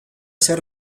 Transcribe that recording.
ser